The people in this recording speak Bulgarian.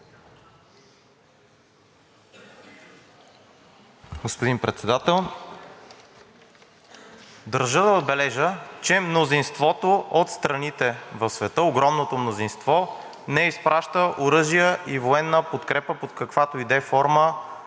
Господин Председател! Държа да отбележа, че мнозинството от страните в света, огромното мнозинство не изпраща оръжия и военна подкрепа под каквато и да е форма